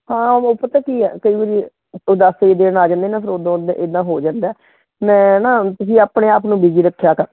ਹਾਂ ਉਹ ਪਤਾ ਕੀ ਹੈ ਕਈ ਵਰੀ ਉਦਾਸੀ ਦੇ ਦਿਨ ਆ ਜਾਂਦੇ ਨਾ ਫਿਰ ਓਦਾਂ ਇੱਦਾਂ ਹੋ ਜਾਂਦਾ ਹੈ ਮੈਂ ਨਾ ਤੁਸੀਂ ਆਪਣੇ ਆਪ ਨੂੰ ਬੀਜੀ ਰੱਖਿਆ ਕਰ